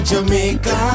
Jamaica